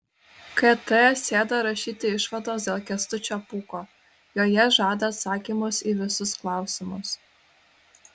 kt sėda rašyti išvados dėl kęstučio pūko joje žada atsakymus į visus klausimus